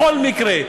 בכל מקרה,